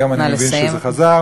היום אני מבין שזה חזר.